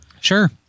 sure